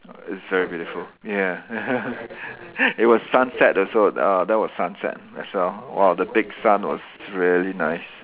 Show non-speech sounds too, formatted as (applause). it's very beautiful ya (laughs) it was sunset also uh that was sunset as well !wow! the big sun was really nice